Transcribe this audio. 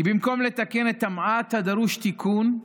כי במקום לתקן את המעט הדרוש תיקון,